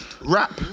Rap